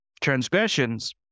transgressions